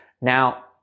Now